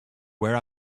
where